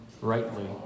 rightly